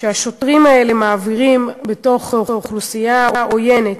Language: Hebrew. שהשוטרים האלה מעבירים בתוך אוכלוסייה עוינת,